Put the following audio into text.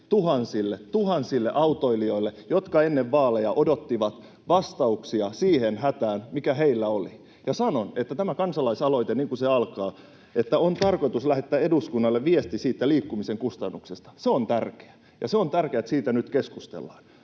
tuhansille autoilijoille, jotka ennen vaaleja odottivat vastauksia siihen hätään, mikä heillä oli? Ja sanon, että tämä kansalaisaloite niin kuin se alkaa, että on tarkoitus lähettää eduskunnalle viesti siitä liikkumisen kustannuksesta, on tärkeä. Ja se on tärkeää, että siitä nyt keskustellaan.